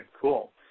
cool